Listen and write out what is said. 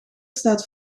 staat